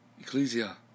Ecclesia